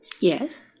Yes